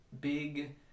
big